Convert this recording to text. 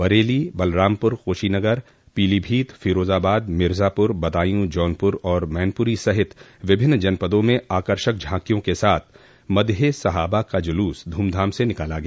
बरेली बलरामपुर कुशीनगर पीलीभीत फिरोजाबाद मिर्जापुर बदायूँ जौनपुर और मैनपुरी सहित विभिन्न जनपदों में आकर्षक झांकियों के साथ मदहे सहाबा का जुलूस धूमधाम से निकाला गया